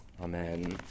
Amen